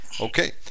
Okay